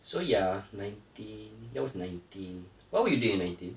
so ya nineteen that was nineteen what were you doing at nineteen